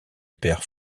père